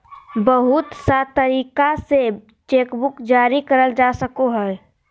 बहुत सा तरीका से चेकबुक जारी करल जा सको हय